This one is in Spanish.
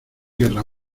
guerra